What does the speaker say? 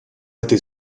этой